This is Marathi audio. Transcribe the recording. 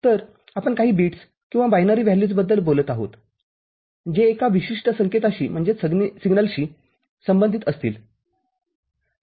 तरआपण काही बिट्स किंवा बायनरी व्हॅल्यूजबद्दल बोलत आहोत जे एका विशिष्ट संकेताशीसंबंधित असतील आणि ते प्रदर्शन आहे